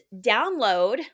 download